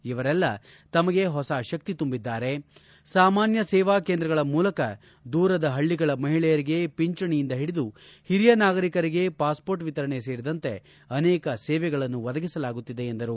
ಇವರೆಲ್ಲ ತಮಗೆ ಹೊಸ ಶಕ್ತಿ ತುಂಬಿದ್ದಾರೆ ಸಾಮಾನ್ಯ ಸೇವಾ ಕೇಂದ್ರಗಳ ಮೂಲಕ ದೂರದ ಹಳ್ಳಗಳ ಮಹಿಳೆಯರಿಗೆ ಪಿಂಚಣಿಯಂದ ಹಿಡಿದು ಹಿರಿಯ ನಾಗರಿಕರಿಗೆ ಪಾಸ್ಪೋರ್ಟ್ ವಿತರಣೆ ಸೇರಿದಂತೆ ಅನೇಕ ಸೇವೆಗಳನ್ನು ಒದಗಿಸಲಾಗುತ್ತಿದೆ ಎಂದರು